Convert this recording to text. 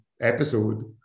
episode